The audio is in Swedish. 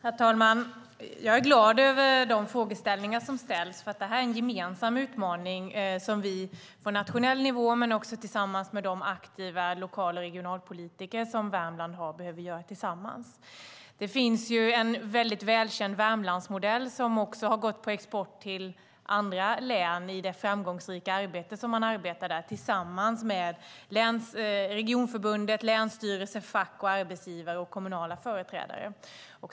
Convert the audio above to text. Herr talman! Jag är glad över de frågor som ställs eftersom detta är en gemensam utmaning som vi på nationell nivå behöver göra tillsammans med de aktiva lokal och regionalpolitikerna i Värmland. Det finns en välkänd Värmlandsmodell som också har gått på export till andra län där ett framgångsrikt arbete görs tillsammans med regionförbund, länsstyrelse, fack, arbetsgivare och kommunala företrädare.